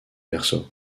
berceau